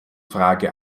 frage